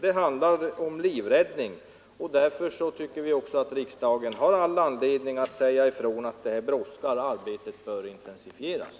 Det handlar om livräddning, och därför tycker vi att riksdagen har anledning att säga till att det brådskar och att det här arbetet bör intensifieras.